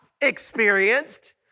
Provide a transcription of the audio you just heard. experienced